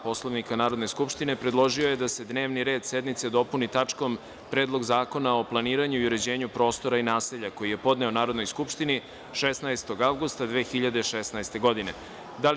Poslovnika Narodne skupštine, predložio je da se dnevni red sednice dopuni tačkom – Predlog zakona o planiranju i uređenju prostora i naselja, koji je podneo Narodnoj skupštini 16. avgusta 2016. godine.